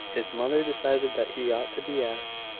his mother decided that he ought to be asked,